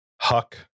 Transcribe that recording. Huck